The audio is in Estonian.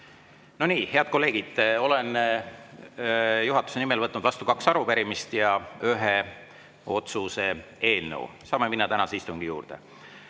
No nii, head kolleegid, olen juhatuse nimel võtnud vastu kaks arupärimist ja ühe otsuse eelnõu. Saame minna tänase istungi juurde.